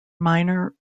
minor